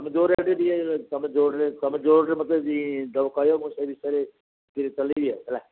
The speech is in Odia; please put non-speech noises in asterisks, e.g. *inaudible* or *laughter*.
ତୁମେ ଜୋରରେ *unintelligible* ତୁମେ ଜୋରରେ ତୁମେ ଜୋରରେ ମୋତେ ଯଦି କହିବ ସେ ବିଷୟରେ ମୁଁ ଚଲେଇବି ହେଲା